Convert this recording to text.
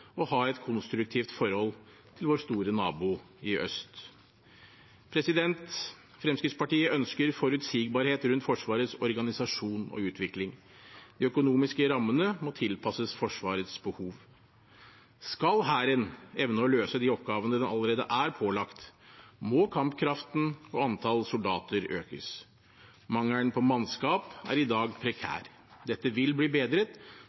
ha et konstruktivt forhold til vår store nabo i øst. Fremskrittspartiet ønsker forutsigbarhet rundt Forsvarets organisasjon og utvikling. De økonomiske rammene må tilpasses Forsvarets behov. Skal Hæren evne å løse de oppgavene den allerede er pålagt, må kampkraften og antall soldater økes. Mangelen på mannskap er i dag prekær. Dette vil bli bedret